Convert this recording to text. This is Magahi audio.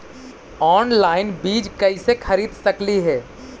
ऑनलाइन बीज कईसे खरीद सकली हे?